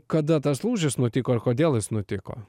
kada tas lūžis nutiko ir kodėl jis nutiko